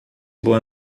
boa